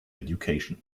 education